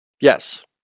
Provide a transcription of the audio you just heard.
Yes